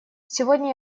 сегодня